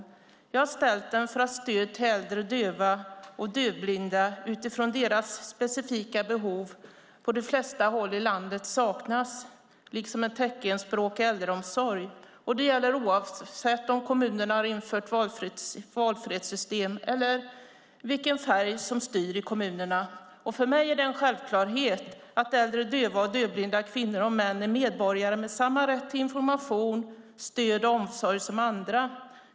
Jag har ställt den här interpellationen därför att stöd till äldre döva och dövblinda utifrån deras specifika behov på de flesta håll i landet saknas, liksom en teckenspråkig äldreomsorg. Det gäller oavsett om kommunerna har infört valfrihetssystem eller vilken färg som styr i kommunerna. För mig är det en självklarhet att äldre döva och dövblinda kvinnor och män är medborgare med samma rätt till information, stöd och omsorg som andra.